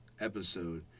episode